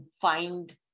find